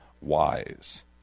wise